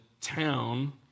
town